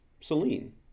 Celine